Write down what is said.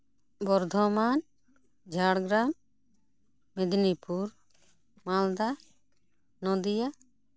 Bardhaman Jhargram Medinipur Malda Nadia